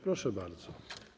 Proszę bardzo.